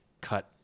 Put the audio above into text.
cut